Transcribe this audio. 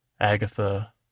Agatha